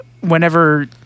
whenever